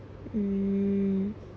um